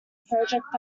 project